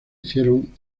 hicieron